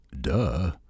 duh